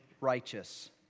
righteous